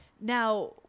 Now